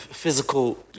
Physical